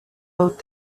old